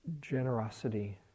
generosity